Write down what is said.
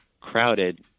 crowded